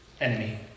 enemy